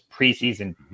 preseason